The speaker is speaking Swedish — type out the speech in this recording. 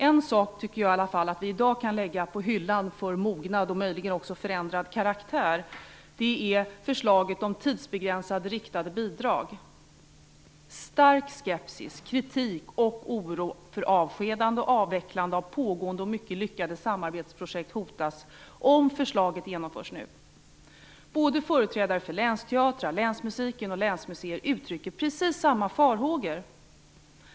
En sak kan vi i alla fall i dag lägga på hyllan för mognad och möjligen också för förändring av karaktär. Det är förslaget om tidsbegränsade, riktade bidrag. Det finns en stark skepsis, kritik och oro för avskedande och avvecklande av pågående mycket lyckade samarbetsprojekt om förslaget genomförs nu. Företrädare för länsteatrar, länsmusiken och länsmuseer uttrycker precis samma farhågor.